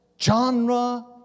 genre